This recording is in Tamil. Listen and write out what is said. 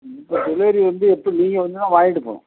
இப்போ டெலிவரி வந்து இருக்குது நீங்கள் வந்து தான் வாங்கிட்டு போகணும்